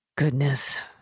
goodness